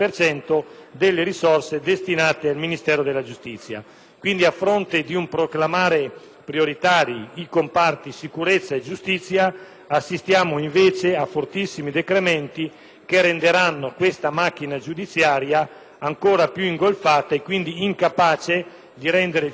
quindi di proclamazioni sulla priorità dei comparti sicurezza e giustizia assistiamo invece a fortissimi decrementi, che renderanno questa macchina giudiziaria ancora più ingolfata e quindi incapace di rendere giustizia sostanziale e vera ai cittadini.